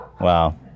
Wow